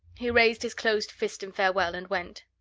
he raised his closed fist in farewell, and went.